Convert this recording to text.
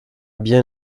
bien